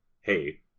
hey